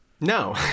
No